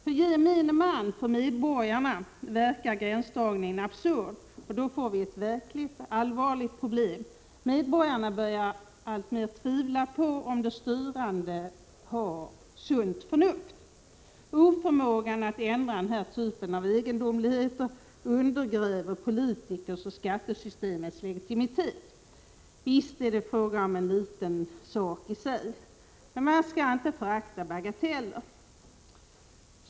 För gemene man — för medborgarna — verkar gränsdragningen absurd. Och då får vi ett verkligt allvarligt problem. Medborgarna börjar alltmer tvivla på att de styrande har sunt förnuft. Oförmågan att ändra den här typen av egendomligheter undergräver politikers och skattesystemets legitimitet. Visst är det fråga om en liten sak i sig. Men man skall inte förakta 79 Prot. 1986/87:134 bagateller.